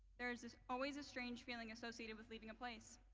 there is always a strange feeling associated with leaving a place.